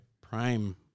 prime